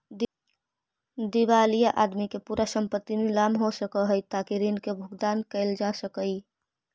दिवालिया आदमी के पूरा संपत्ति नीलाम हो सकऽ हई ताकि ऋण के भुगतान कैल जा सकई